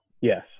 Yes